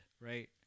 right